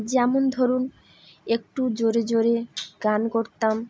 যেমন ধরুন একটু জোরে জোরে গান করতাম